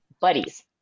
buddies